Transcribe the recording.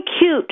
cute